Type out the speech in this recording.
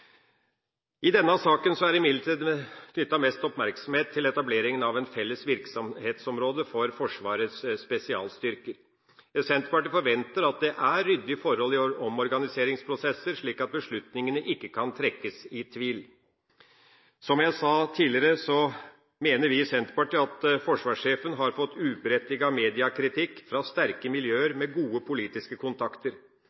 I denne saken er det imidlertid knyttet mest oppmerksomhet til etableringa av et felles virksomhetsområde for Forsvarets spesialstyrker. Senterpartiet forventer at det er ryddige forhold i omorganiseringsprosesser, slik at beslutningene ikke kan trekkes i tvil. Som jeg sa tidligere, så mener vi i Senterpartiet at Forsvarssjefen har fått uberettiget mediekritikk fra sterke